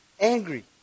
angry